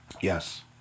Yes